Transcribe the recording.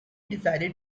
decided